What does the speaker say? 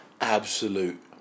absolute